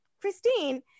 christine